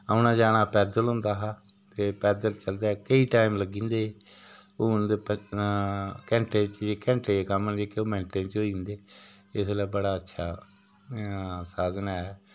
औना जाना पैदल होन्दा हा ते पैदल चलदे केईं टैम लग्गी जन्दे हे हून ते घैंटे च घैंटे कम्म दिक्खेओ मैंटे च होई जन्दे इसलै बड़ा अच्छा साधन ऐ